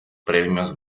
premios